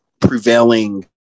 prevailing